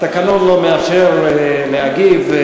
התקנון לא מאפשר להגיב.